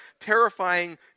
terrifying